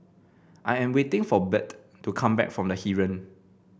I am waiting for Bert to come back from The Heeren